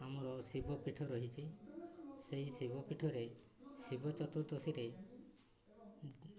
ଆମର ଶିବ ପୀଠ ରହିଛି ସେଇ ଶିବ ପୀଠରେ ଶିବ ଚର୍ତୁଦ୍ଦସି